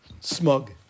smug